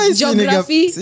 geography